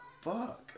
fuck